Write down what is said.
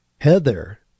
Heather